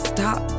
Stop